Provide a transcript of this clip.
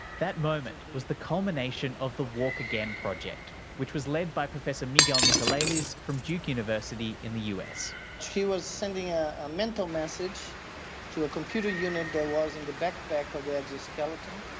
that moment was the culmination of the walk again project which was led by professor miguel nicolelis from duke university in the us. he was sending ah a mental message to a computer unit that was in the backpack of the exoskeleton,